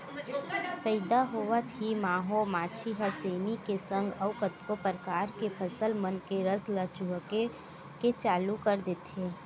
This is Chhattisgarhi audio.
पइदा होवत ही माहो मांछी ह सेमी के संग अउ कतको परकार के फसल मन के रस ल चूहके के चालू कर देथे